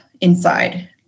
inside